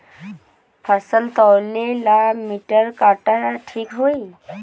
फसल तौले ला मिटर काटा ठिक होही?